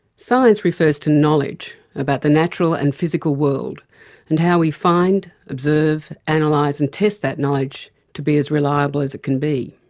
science refers to knowledge about the natural and physical world and how we find, observe, and like analyse and test that knowledge to be as reliable as it can be.